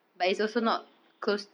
mm